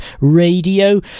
radio